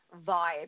vibe